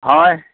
হয়